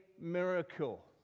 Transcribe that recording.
miracle